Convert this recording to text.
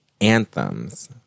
anthems